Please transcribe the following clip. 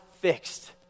fixed